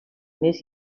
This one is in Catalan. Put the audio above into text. més